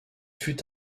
fut